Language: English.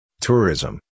tourism